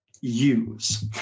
use